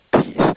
peace